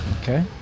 Okay